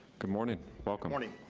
good morning, welcome. morning,